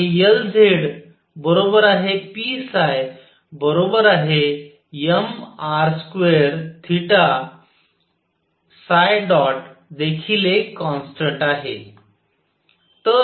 आणि Lzp mr2 देखील एक कॉन्स्टन्ट आहे